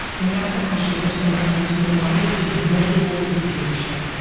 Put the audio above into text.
when you asked that question, the first thing that runs through my mind is moldable dictatorship,